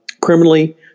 criminally